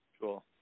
Cool